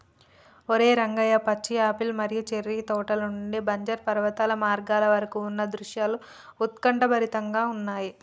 ఓరై రంగయ్య పచ్చి యాపిల్ మరియు చేర్రి తోటల నుండి బంజరు పర్వత మార్గాల వరకు ఉన్న దృశ్యాలు ఉత్కంఠభరితంగా ఉన్నయి